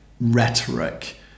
rhetoric